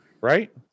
Right